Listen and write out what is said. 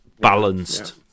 balanced